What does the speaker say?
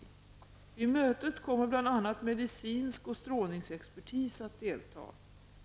Vid mötet kommer bl.a. medicinsk expertis och strålningsexpertis att delta.